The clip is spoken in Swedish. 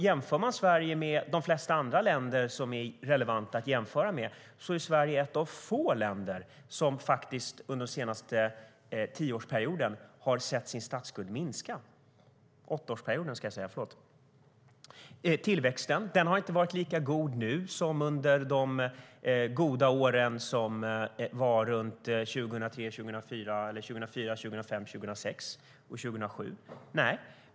Jämför man Sverige med de flesta andra länder som är relevanta att jämföra med är Sverige ett av få länder som under den senaste åttaårsperioden har sett sin statsskuld minska. Tillväxten har inte varit lika god nu som under de goda åren 2003, 2004, 2005, 2006 och 2007.